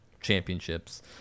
championships